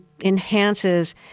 enhances